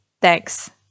Thanks